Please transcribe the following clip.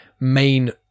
main